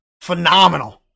Phenomenal